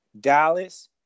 Dallas